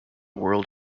world